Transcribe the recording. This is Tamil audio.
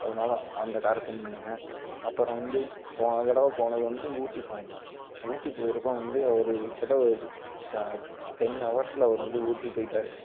அதனால அந்த காரை செண்ட் பண்ணுங்க அப்புறோம் வந்து போன தடவை போனது வந்து ஊட்டி போயிருந்தோம் ஊட்டி போயிறப்போ வந்து அவர் கிட்டத்தட்ட ஒரு ட டென் ஹவர்ஸில் அவர் வந்து ஊட்டி போயிட்டார்